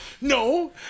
No